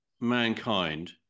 mankind